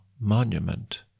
monument